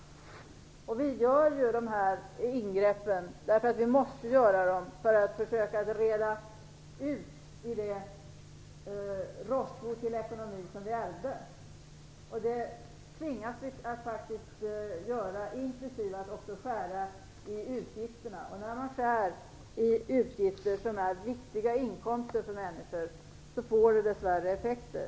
Vi gör ingreppen därför att vi måste göra dem, för att försöka att få reda i det råttbo till ekonomi som vi ärvde. Vi tvingas faktiskt att göra det, inklusive att skära i utgifterna. Och när man skär i bidrag som är viktiga inkomster för människor får det dessvärre effekter.